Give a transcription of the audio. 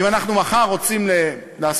אם אנחנו מחר רוצים לעשות